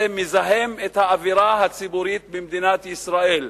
זה מזהם את האווירה הציבורית במדינת ישראל.